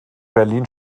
berlin